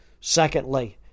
Secondly